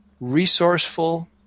resourceful